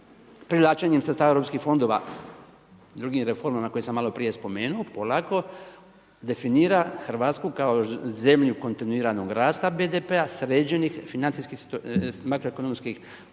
privlačenjem sredstava europskih fondova, drugim reformama koje sam maloprije spomenuo polako definira Hrvatsku kao zemlju kontinuiranog rasta BDP-a, sređenih makroekonomskih, odnosno